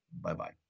Bye-bye